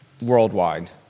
worldwide